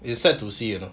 it's sad to see you know